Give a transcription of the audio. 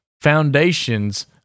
foundations